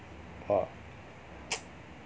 ah